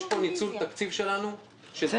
יש פה ניצול תקציב של 93% 94%,